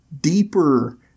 deeper